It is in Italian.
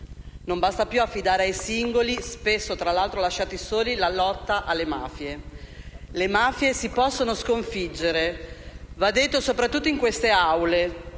Non basta più affidare ai singoli, tra l'altro spesso lasciati soli, la lotta alle mafie. Le mafie si possono sconfiggere: va detto soprattutto in queste Aule;